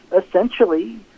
essentially